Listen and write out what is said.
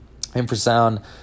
Infrasound